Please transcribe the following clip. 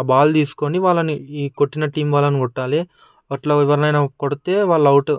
ఆ బాల్ తీసుకొని వాళ్లని ఈ కొట్టిన టీం వాళ్ల కొట్టాలి అట్లా ఎవరినైనా కొడితే వాళ్లు అవుట్